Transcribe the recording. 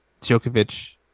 Djokovic